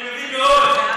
אני מבין מאוד.